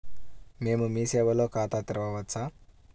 మేము మీ సేవలో ఖాతా తెరవవచ్చా?